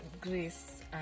grace